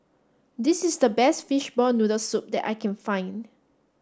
this is the best Fishball Noodle Soup that I can find